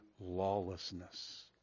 Lawlessness